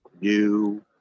New